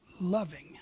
loving